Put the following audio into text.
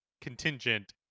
contingent